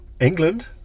England